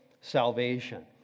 salvation